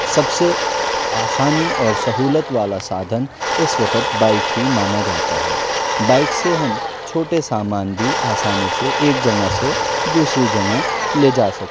سب سے آسانی اور سہولت والا سادھن اس وقت بائک ہی مانا جاتا ہے بائک سے ہم چھوٹے سامان بھی آسانی سے ایک جگہ سے دوسری جگہ لے جا سکتے ہیں